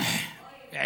לו.